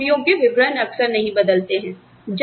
जहां नौकरियों के विवरण अक्सर नहीं बदलते हैं